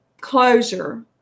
closure